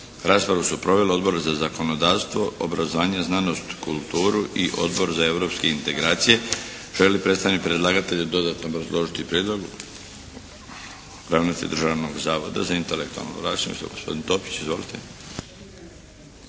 Raspravu su proveli Odbor za zakonodavstvo, obrazovanje, znanost, kulturu i Odbor za europske integracije. Želi li predstavnik predlagatelja dodatno obrazložiti prijedlog? Ravnatelj Državnog zavoda za intelektualno vlasništvo